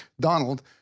Donald